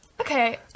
Okay